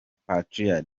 portia